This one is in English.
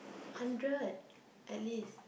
hundred at least